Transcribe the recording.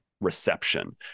reception